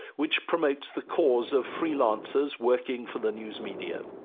which promotes the cause of freelancers working for the news media.